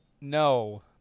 no